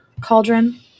cauldron